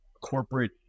corporate